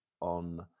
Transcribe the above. on